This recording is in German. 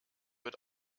wird